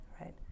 right